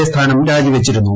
A സ്ഥാനം രാജിവച്ചിരുന്നു